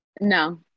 No